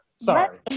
Sorry